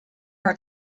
are